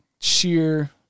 sheer